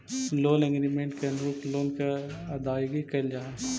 loan agreement के अनुरूप loan के अदायगी कैल जा हई